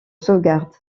sauvegarde